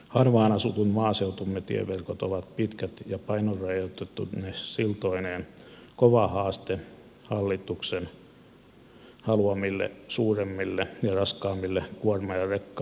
harvaan asutun maaseutumme tieverkot ovat pitkät ja painorajoitettuine siltoineen kova haaste hallituksen haluamille suuremmille ja raskaammille kuorma ja rekka autoille